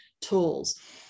tools